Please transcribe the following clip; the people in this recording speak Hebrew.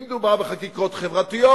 אם מדובר בחקיקות חברתיות,